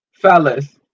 Fellas